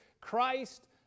Christ